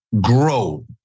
grow